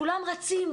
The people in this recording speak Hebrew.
כולם רצים,